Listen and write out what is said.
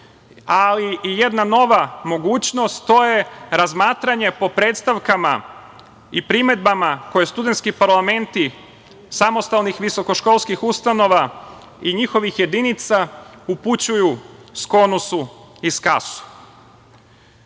ali i jedna nova mogućnost, a to je razmatranje po predstavkama i primedbama koje studentski parlamenti samostalnih visokoškolskih ustanova i njihovih jedinica upućuju SKONUS-u i